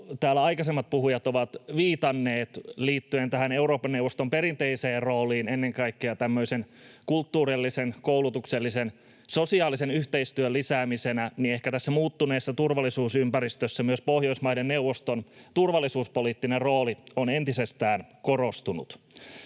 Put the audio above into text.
aikaisemmat puhujat ovat viitanneet liittyen tähän Euroopan neuvoston perinteiseen rooliin ennen kaikkea tämmöisen kulttuurillisen, koulutuksellisen, sosiaalisen yhteistyön lisäämisenä, niin ehkä tässä muuttuneessa turvallisuusympäristössä myös Pohjoismaiden neuvoston turvallisuuspoliittinen rooli on entisestään korostunut.